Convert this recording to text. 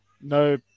no